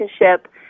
relationship